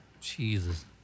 Jesus